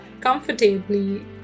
comfortably